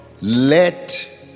Let